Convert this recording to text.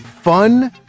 fun